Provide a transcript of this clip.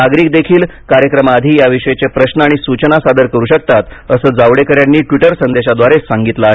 नागरिकही कार्यक्रमाआधी याविषयीचे प्रश्न आणि सूचना सादर करू शकतात असं जावडेकर यांनी ट्विटर संदेशाद्वारे सांगितलं आहे